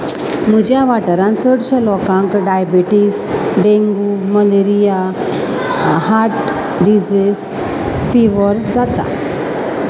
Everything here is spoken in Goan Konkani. म्हज्या वाठारांत चडश्या लोकांक diabetes dengue malaria heart disease fever जाता